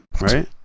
Right